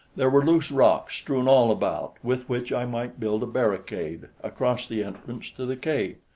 there were loose rocks strewn all about with which i might build a barricade across the entrance to the cave,